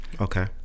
Okay